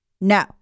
No